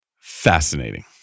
Fascinating